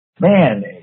man